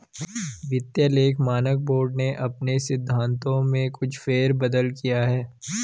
वित्तीय लेखा मानक बोर्ड ने अपने सिद्धांतों में कुछ फेर बदल किया है